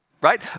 right